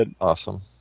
Awesome